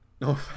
No